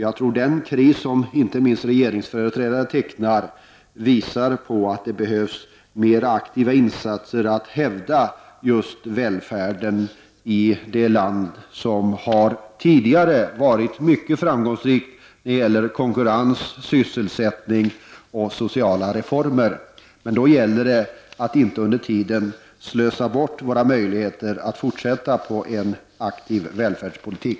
Jag tror att den kris som inte minst regeringsföreträdare utmålar visar att det behövs fler aktiva insatser för att hävda just välfärden i det land som tidigare har varit mycket framgångsrikt när det gäller konkurrens, sysselsättning och sociala reformer. Men då gäller det att inte under tiden slösa bort våra möjligheter att fortsätta med en aktiv välfärdspolitik.